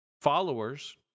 followers